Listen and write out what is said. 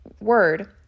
word